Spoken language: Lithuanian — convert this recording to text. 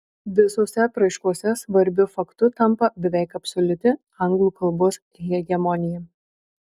visose apraiškose svarbiu faktu tampa beveik absoliuti anglų kalbos hegemonija